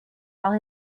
while